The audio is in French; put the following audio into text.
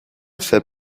fait